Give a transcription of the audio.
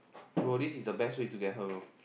bro this is the best way to get her bro